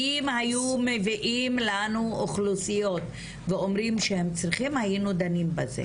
אם היו מביאים לנו אוכלוסיות ואומרים שאם צריכים היינו דנים בזה.